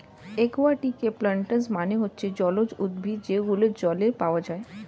একুয়াটিকে প্লান্টস মানে হচ্ছে জলজ উদ্ভিদ যেগুলো জলে পাওয়া যায়